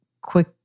quick